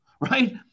right